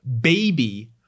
baby